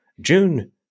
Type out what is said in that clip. June